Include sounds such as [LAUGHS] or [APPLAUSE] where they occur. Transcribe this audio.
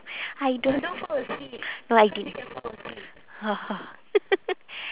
I don't no I didn't ha ha [LAUGHS]